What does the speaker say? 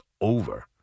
over